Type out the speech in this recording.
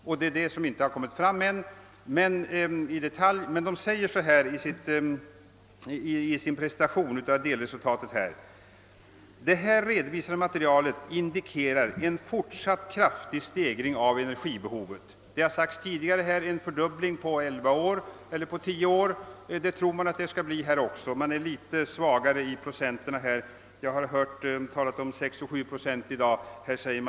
Det har man ännu inte kommit fram till i detalj. Kommittén säger emellertid i sin presentation av delresultatet: »Det här redovisade materialet indikerar en fortsatt kraftig stegring av energibehovet.» Det har sagts tidigare här, att det skulle vara fråga om en fördubbling på tio eller elva år, och det tror också kommittén. Man har dock angett något lägre procentsiffror än den årliga ökningen om 6 eller 7 procent som angetts här i dag.